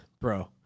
bro